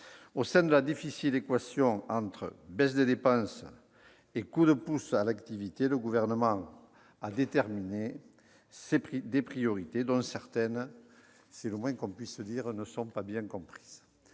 Au sein de la difficile équation entre baisse des dépenses et coup de pouce à l'activité, le Gouvernement a fixé des priorités, dont certaines, c'est le moins qu'on puisse dire, ne sont pas bien comprises.